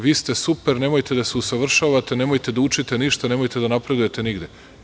Vi ste super, nemojte da se usavršavate, nemojte da učite ništa, nemojte da napredujete nigde.